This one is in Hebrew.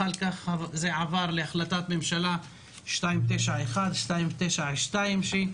אחר כך זה עבר להחלטות ממשלה 291 ו-292 ששמו